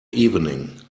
evening